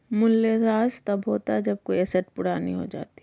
मूल्यह्रास तब होता है जब कोई एसेट पुरानी हो जाती है